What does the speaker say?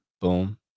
Boom